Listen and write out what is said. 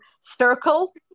circle